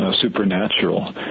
Supernatural